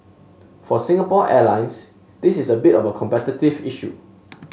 for Singapore Airlines this is a bit of a competitive issue